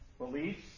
Beliefs